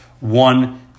one